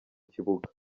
kibuga